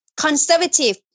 conservative